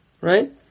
Right